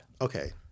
Okay